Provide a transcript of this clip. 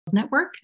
Network